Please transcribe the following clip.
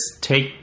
take